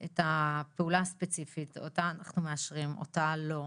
הפעולה הספציפית ולהחליט מה לאשר ומה לא,